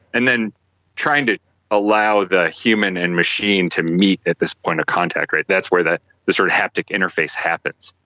and then trying to allow the human and machine to meet at this point of contact. that's where the the sort of haptic interface happens.